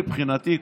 מבחינתי,